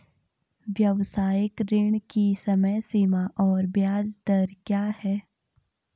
व्यावसायिक ऋण की समय सीमा और ब्याज दर क्या है?